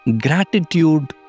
gratitude